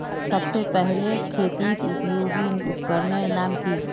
सबसे पहले खेतीत उपयोगी उपकरनेर नाम की?